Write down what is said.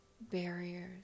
barriers